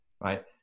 right